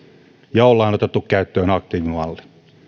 ja ollaan otettu käyttöön aktiivimalli